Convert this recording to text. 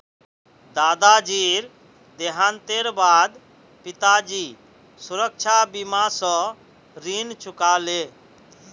दादाजीर देहांतेर बा द पिताजी सुरक्षा बीमा स ऋण चुका ले